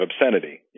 obscenity